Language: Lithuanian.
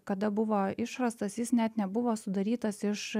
kada buvo išrastas jis net nebuvo sudarytas iš